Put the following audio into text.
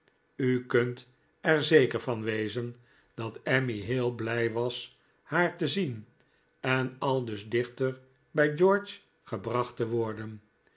u kunt er zeker van wezen dat emmy heel blij was haar te zien en aldus dichter bij george gebracht te worden